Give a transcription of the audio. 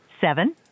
seven